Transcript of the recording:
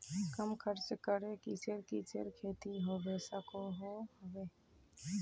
कम खर्च करे किसेर किसेर खेती होबे सकोहो होबे?